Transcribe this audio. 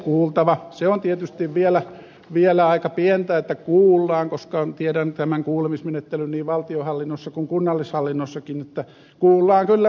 se on tietysti vielä aika pientä että kuullaan koska tiedän tämän kuulemismenettelyn niin valtionhallinnossa kuin kunnallishallinnossakin että kuullaan kyllä muttei oteta huomioon